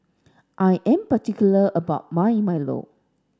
I am particular about my Milo